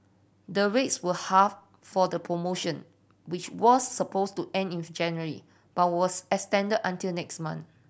the rates were halved for the promotion which was suppose to end in January but was extended until next month